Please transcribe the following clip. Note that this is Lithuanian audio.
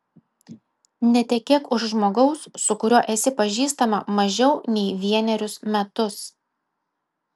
netekėk už žmogaus su kuriuo esi pažįstama mažiau nei vienerius metus